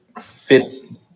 fits